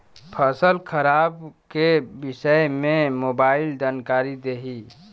फसल खराब के विषय में मोबाइल जानकारी देही